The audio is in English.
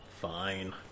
fine